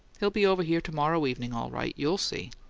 he'll be over here to-morrow evening, all right you'll see.